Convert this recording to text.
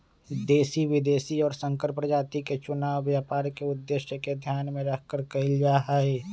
देशी, विदेशी और संकर प्रजाति के चुनाव व्यापार के उद्देश्य के ध्यान में रखकर कइल जाहई